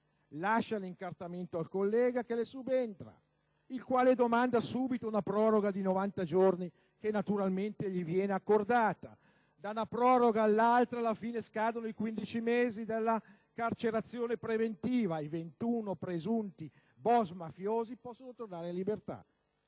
Lascia l'incartamento al collega che le subentra, il quale domanda subito una proroga di 90 giorni che, naturalmente, gli viene accordata. Da una proroga all'altra, alla fine, scadono i 15 mesi della carcerazione preventiva e i 21 presunti boss mafiosi possono tornare in libertà.